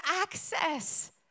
access